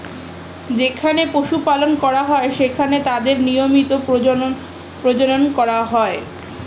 যেখানে পশু পালন করা হয়, সেখানে তাদের নিয়মিত প্রজনন করা হয়